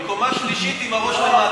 מקומה שלישית עם הראש למטה.